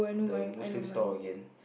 the Muslim store again